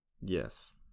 Yes